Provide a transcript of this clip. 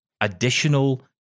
additional